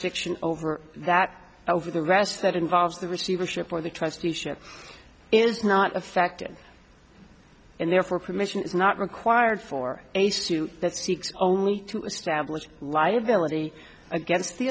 jurisdiction over that over the rest that involves the receivership or the trusteeship is not affected and therefore permission is not required for a suit that seeks only to establish liability against the